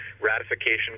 ratification